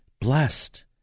blessed